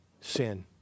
sin